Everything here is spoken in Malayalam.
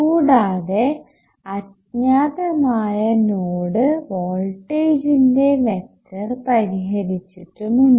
കൂടാതെ അജ്ഞാതമായ നോഡ് വോൾടേജിജിന്റെ വെക്റ്റർ പരിഹരിച്ചിട്ടുമുണ്ട്